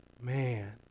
Man